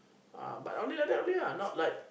ah but only like that only lah not like